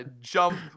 jump